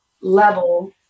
level